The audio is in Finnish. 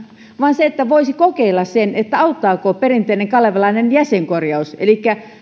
vaan voisi kokeilla auttaako perinteinen kalevalainen jäsenkorjaus elikkä